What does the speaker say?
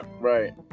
right